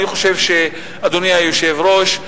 אדוני היושב-ראש,